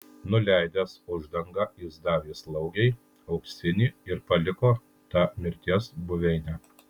nuleidęs uždangą jis davė slaugei auksinį ir paliko tą mirties buveinę